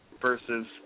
versus